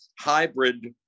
hybrid